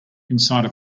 inside